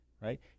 right